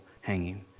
hanging